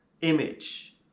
image